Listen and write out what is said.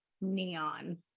neon